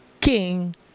king